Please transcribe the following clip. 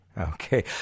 Okay